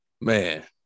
Man